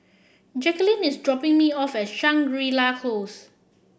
Jacquelyn is dropping me off Shangri La Close